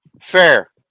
Fair